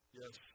yes